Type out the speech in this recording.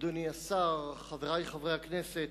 תודה, אדוני השר, חברי חברי הכנסת,